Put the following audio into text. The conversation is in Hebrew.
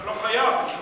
אתה לא חייב, פשוט.